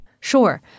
Sure